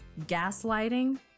gaslighting